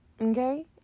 Okay